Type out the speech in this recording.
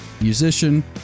musician